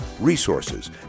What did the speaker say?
resources